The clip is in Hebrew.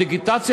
הדיגיטציה